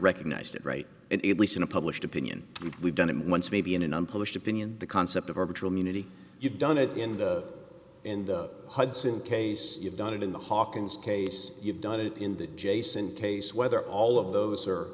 recognized it right it least in a published opinion we've done it once maybe in an unpublished opinion the concept of arbitron unity you've done it in the in the hudson case you've done it in the hawkins case you've done it in the jason case whether all of those